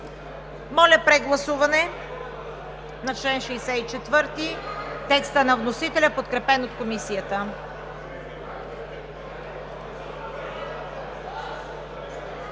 Моля, прегласуване на чл. 64 – текста на вносителя, подкрепен от Комисията.